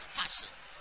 passions